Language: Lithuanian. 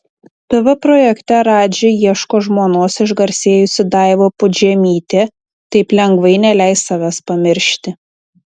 tv projekte radži ieško žmonos išgarsėjusi daiva pudžemytė taip lengvai neleis savęs pamiršti